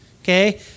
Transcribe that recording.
Okay